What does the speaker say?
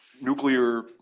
nuclear